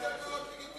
אתה יכול לחזור על המשפט?